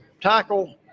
tackle